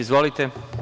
Izvolite.